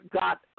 got